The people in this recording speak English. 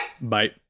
Bye